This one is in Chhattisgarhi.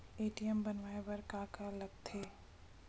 ए.टी.एम बनवाय बर का का लगथे?